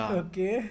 okay